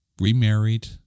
remarried